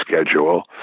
schedule